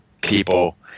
people